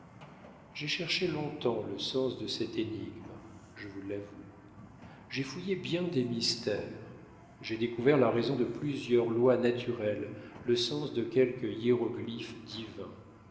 j'ai cherché long-temps le sens de cette énigme je vous l'avoue j'ai fouillé bien des mystères j'ai découvert la raison de plusieurs lois naturelles le sens de quelques hiéroglyphes divins